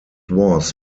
was